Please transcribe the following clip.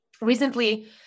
recently